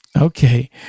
Okay